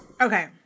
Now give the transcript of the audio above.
Okay